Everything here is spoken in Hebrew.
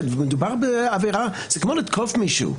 מדובר בעבירה, זה כמו לתקוף מישהו.